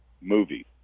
movie